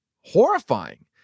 horrifying